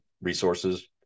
resources